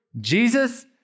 Jesus